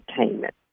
entertainment